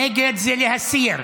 נגד, זה להסיר.